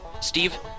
Steve